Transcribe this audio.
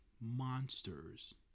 monsters